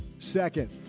second,